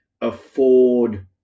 afford